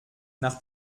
nach